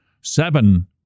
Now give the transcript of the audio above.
Seven